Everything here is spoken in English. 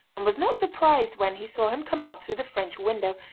and was not surprised when he saw him come out through the french window,